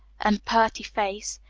and purty face.